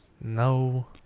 no